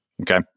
Okay